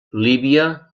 líbia